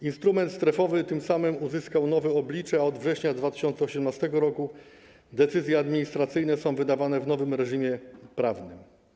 Instrument strefowy tym samym uzyskał nowe oblicze, a od września 2018 r. decyzje administracyjne są wydawane w nowym reżimie prawnym.